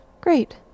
Great